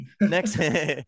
Next